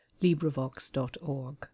LibriVox.org